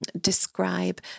describe